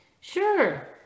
Sure